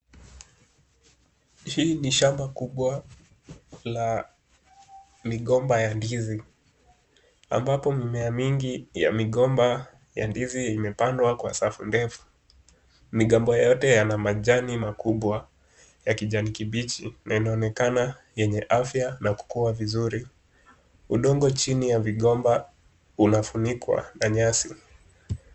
Hii ni shamba kubwa la migomba ya ndizi ambapo mimiea mingi ya migomba ya ndizi imepandwa kwa safu ndefu. Migomba yote yana majani makubwa ya kijani kibichi na inaonekana yenye afya na kukua vizuri. Udongo chini ya migomba umefunikwa na nyasi.